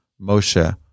Moshe